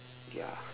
ya